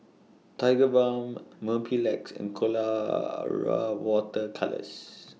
Tigerbalm Mepilex and Colora Water Colours